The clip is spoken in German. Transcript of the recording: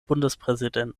bundespräsidenten